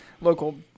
local